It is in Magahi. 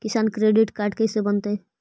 किसान क्रेडिट काड कैसे बनतै?